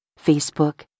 Facebook